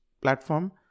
platform